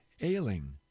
ailing